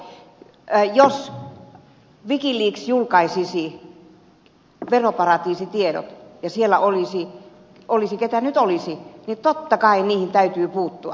jos wikileaks julkaisisi veroparatiisitiedot ja siellä olisi ketä nyt olisi niin totta kai niihin täytyisi puuttua